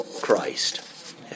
Christ